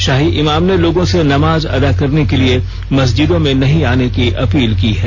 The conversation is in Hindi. शाही इमाम ने लोगों से नमाज अदा करने के लिए मस्जिदों में नहीं आने की अपील की है